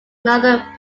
another